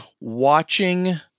watching